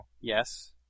Yes